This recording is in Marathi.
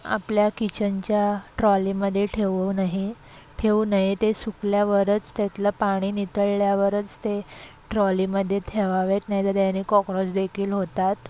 आपल्या किचनच्या ट्रॉलीमध्ये ठेवू नये ठेवू नये ते सुकल्यावरच त्यातलं पाणी निथळल्यावरच ते ट्रॉलीमध्ये ठेवावेत नाहीतर त्यानी कॉक्रोच देखील होतात